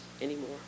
anymore